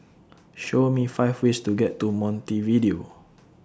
Show Me five ways to get to Montevideo